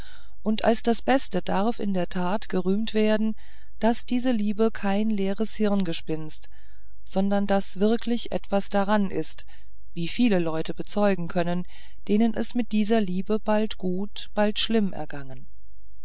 und als das beste darf in der tat gerühmt werden daß diese liebe kein leeres hirngespinst sondern daß wirklich etwas daran ist wie viele leute bezeugen können denen es mit dieser liebe bald gut bald schlimm ergangen